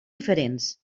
diferents